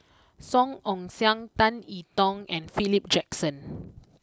Song Ong Siang Tan I Tong and Philip Jackson